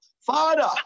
Father